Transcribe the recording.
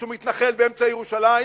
כשהוא מתנחל באמצע ירושלים,